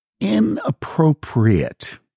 inappropriate